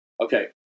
Okay